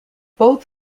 both